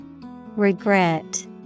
Regret